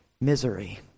misery